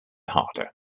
harder